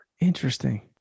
Interesting